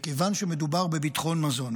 מכיוון שמדובר בביטחון מזון,